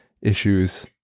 issues